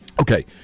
Okay